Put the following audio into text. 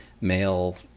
male